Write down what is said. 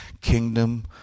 Kingdom